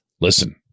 listen